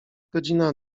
godzina